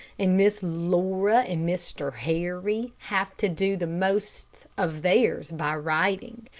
and miss laura and mr. harry have to do the most of theirs by writing,